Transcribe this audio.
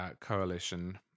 coalition